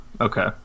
Okay